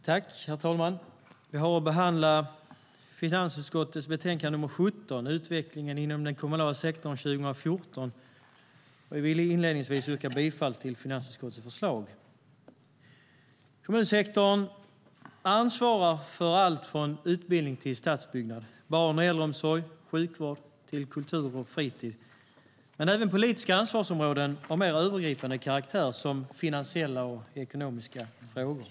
Herr talman! Vi ska behandla finansutskottets betänkande nr 17 om utvecklingen inom den kommunala sektorn 2014. Jag vill inledningsvis yrka bifall till finansutskottets förslag. Kommunsektorn ansvarar för alltifrån utbildning, stadsbyggnad, barn och äldreomsorg och sjukvård till kultur och fritid men har även politiska ansvarsområden av mer övergripande karaktär, som finansiella och ekonomiska frågor.